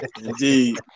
Indeed